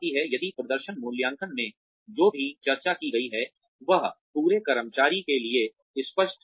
यदि प्रदर्शन मूल्यांकन में जो भी चर्चा की गई है वह पूरे कर्मचारी के लिए स्पष्ट है